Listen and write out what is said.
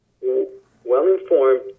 well-informed